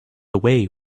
away